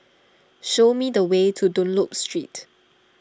show me the way to Dunlop Street